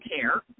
care